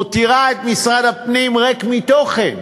מותירה את משרד הפנים ריק מתוכן.